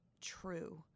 true